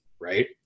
right